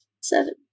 Seven